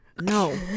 No